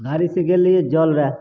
गाड़ीसे गेल रहिए जल लै